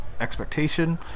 expectation